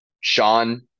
Sean